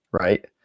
right